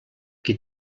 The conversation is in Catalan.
qui